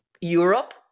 Europe